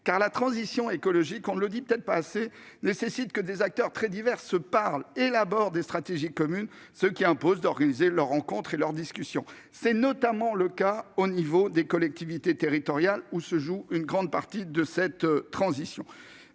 que la transition écologique nécessite que des acteurs très divers se parlent et élaborent des stratégies communes, ce qui impose d'organiser leur rencontre et leurs discussions. C'est notamment le cas à l'échelle des collectivités territoriales, où se joue une grande partie de cette transition.